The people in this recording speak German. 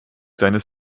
seines